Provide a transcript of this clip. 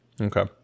Okay